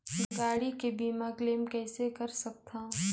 गाड़ी के बीमा क्लेम कइसे कर सकथव?